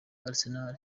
arsenal